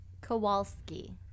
Kowalski